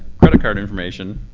credit card information.